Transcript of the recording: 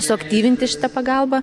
suaktyvinti šitą pagalbą